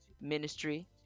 ministry